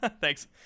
thanks